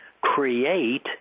create